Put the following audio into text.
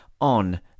on